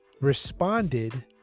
responded